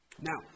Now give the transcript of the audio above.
Now